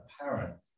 apparent